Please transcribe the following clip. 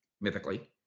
mythically